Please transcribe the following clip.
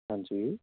ਹਾਂਜੀ